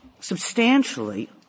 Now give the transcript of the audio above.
substantially